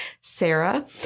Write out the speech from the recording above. Sarah